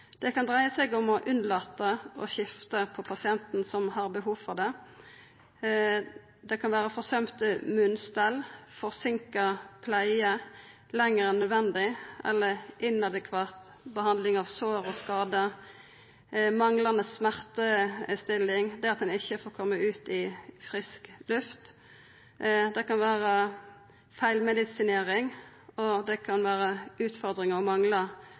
Det kan dreia seg om å unnlata å skifta på pasienten som har behov for det. Det kan vera forsømt munnstell, forsinka pleie lenger enn nødvendig eller inadekvat behandling av sår og skadar, manglande smertestilling, eller det at ein ikkje får koma ut i frisk luft. Det kan vera feilmedisinering, og det kan vera utfordringar og manglar